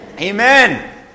Amen